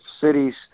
cities